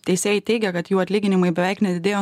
teisėjai teigia kad jų atlyginimai beveik nedidėjo